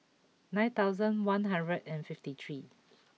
nine thousand one hundred and fifty three